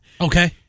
Okay